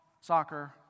soccer